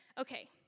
okay